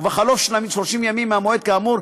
ובחלוף 30 ימים מהמועד כאמור,